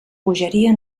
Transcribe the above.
bogeria